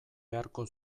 beharko